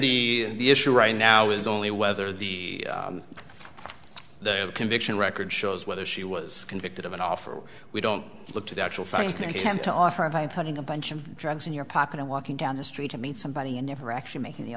the issue right now is only whether the the conviction record shows whether she was convicted of an offer we don't look to the actual friends they came to offer him by putting a bunch of drugs in your pocket or walking down the street to meet somebody and never actually making the